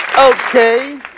Okay